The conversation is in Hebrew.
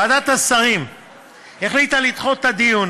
ועדת השרים החליטה לדחות את הדיון